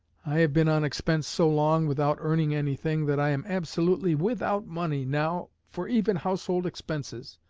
i have been on expense so long, without earning anything, that i am absolutely without money now for even household expenses.